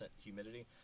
humidity